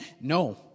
No